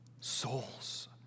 souls